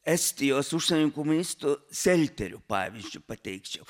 estijos užsienio ministro selterio pavyzdžiu pateikčiau